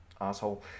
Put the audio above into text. asshole